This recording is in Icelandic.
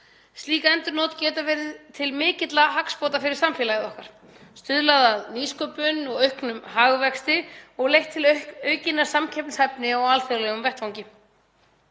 Slík endurnot geta verið til mikilla hagsbóta fyrir samfélag okkar, stuðlað að nýsköpun og auknum hagvexti og leitt til aukinnar samkeppnishæfni á alþjóðlegum vettvangi.